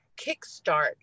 kickstart